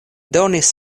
donis